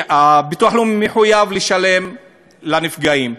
הביטוח הלאומי מחויב לשלם לנפגעים,